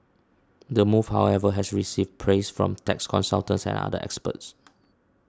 the move however has received praise from tax consultants and other experts